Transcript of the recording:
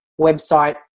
website